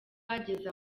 bageze